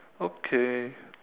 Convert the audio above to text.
okay